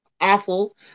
awful